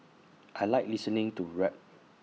I Like listening to rap